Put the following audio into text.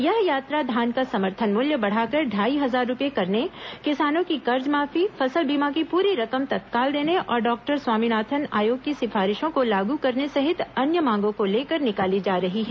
यह यात्रा धान का समर्थन मूल्य बढ़ाकर ढाई हजार रूपये करने किसानों की कर्जमाफी फसल बीमा की पूरी रकम तत्काल देने और डॉक्टर स्वामीनाथन आयोग की सिफारिशों को लागू करने सहित अन्य मांगों को लेकर निकाली जा रही है